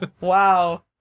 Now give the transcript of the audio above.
Wow